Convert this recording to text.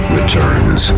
Returns